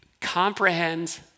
comprehend